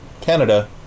Canada